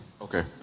Okay